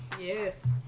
Yes